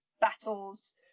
battles